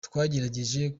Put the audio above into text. twagerageje